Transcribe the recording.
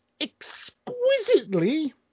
exquisitely